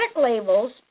labels